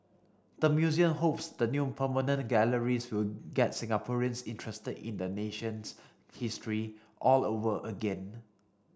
the museum hopes the new permanent galleries will get Singaporeans interest in the nation's history all over again